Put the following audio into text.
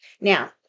Now